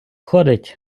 ходить